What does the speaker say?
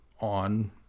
on